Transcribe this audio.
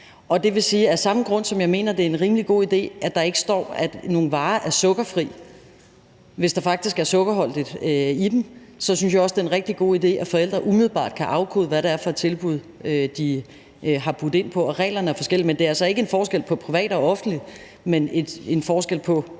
som jeg mener det er en rimelig god idé, at der ikke står, at nogle varer er sukkerfri, hvis der faktisk er sukker i dem, synes jeg også, det er en rigtig god idé, at forældre umiddelbart kan afkode, hvad det er for et tilbud, de har budt ind på. Reglerne er forskellige, men det er altså ikke en forskel på privat og offentlig, men en forskel på